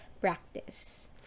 practice